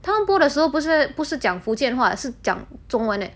他们播的时候不是不是讲福建话是讲中文哦